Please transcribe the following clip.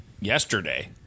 yesterday